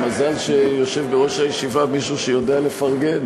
מזל שיושב בראש הישיבה מישהו שיודע לפרגן,